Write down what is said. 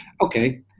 okay